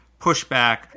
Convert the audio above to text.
pushback